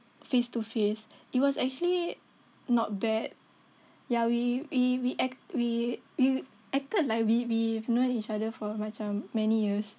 face to face it was actually not bad ya we we we we acted like we we've known each other for macam many years